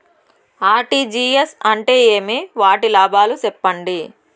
RTGS అంటే ఏమి? వాటి లాభాలు సెప్పండి?